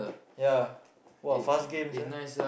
ya !wah! fast game sia